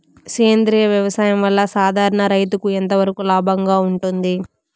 సేంద్రియ వ్యవసాయం వల్ల, సాధారణ రైతుకు ఎంతవరకు లాభంగా ఉంటుంది?